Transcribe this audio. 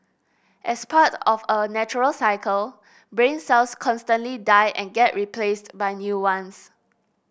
as part of a natural cycle brain cells constantly die and get replaced by new ones